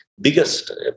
biggest